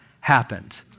happened